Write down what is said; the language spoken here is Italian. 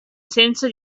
senso